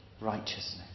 Righteousness